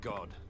God